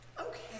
Okay